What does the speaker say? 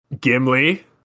Gimli